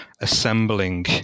assembling